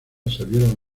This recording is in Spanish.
salieron